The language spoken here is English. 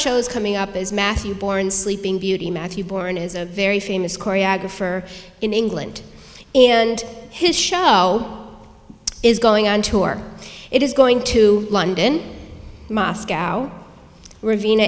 shows coming up is matthew bourne sleeping beauty matthew bourne is a very famous choreographer in england and his show is going on tour it is going to london moscow ravin